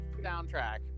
soundtrack